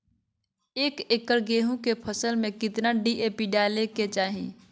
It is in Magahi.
एक एकड़ गेहूं के फसल में कितना डी.ए.पी डाले के चाहि?